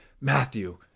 Matthew